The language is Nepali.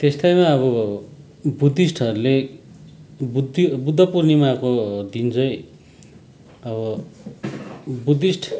त्यस्तैमा अब बुद्धिस्टहरूले बुद्ध बुद्ध पुर्णिमाको दिन चाहिँ अब बुद्धिस्ट